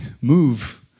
move